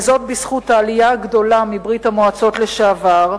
וזאת בזכות העלייה הגדולה מברית-המועצות לשעבר,